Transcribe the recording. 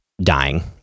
dying